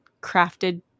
crafted